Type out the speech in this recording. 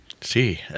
See